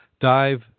Dive